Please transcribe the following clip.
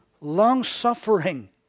long-suffering